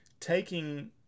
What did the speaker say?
Taking